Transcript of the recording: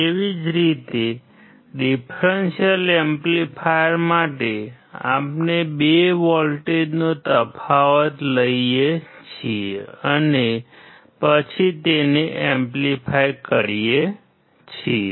એવી જ રીતે ડીફ્રેન્શિઅલ એમ્પ્લીફાયર માટે આપણે બે વોલ્ટેજનો તફાવત લઈએ છીએ અને પછી તેને એમ્પ્લીફાય કરીએ છીએ